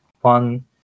one